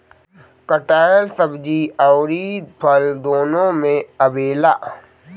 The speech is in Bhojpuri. कटहल सब्जी अउरी फल दूनो में आवेला